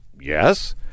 yes